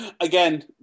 Again